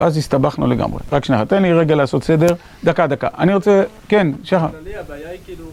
אז הסתבכנו לגמרי. רק שניה, תן לי רגע לעשות סדר, דקה, דקה. אני רוצה... כן, שחר...